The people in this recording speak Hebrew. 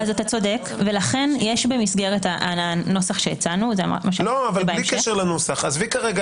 אתה צודק ולכן יש במסגרת הנוסח שהצענו- -- עזבי כרגע